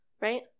right